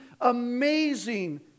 amazing